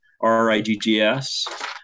R-I-G-G-S